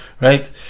Right